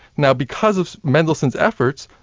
now, because of mendelssohn's efforts,